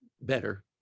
better